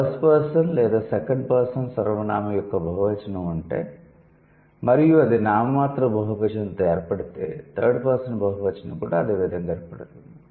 first person లేదా second person సర్వనామం యొక్క బహువచనం ఉంటే మరియు అది నామమాత్రపు బహువచనంతో ఏర్పడితే థర్డ్ పర్సన్ బహువచనం కూడా అదే విధంగా ఏర్పడుతుంది